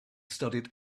studied